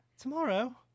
Tomorrow